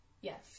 Yes